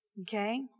Okay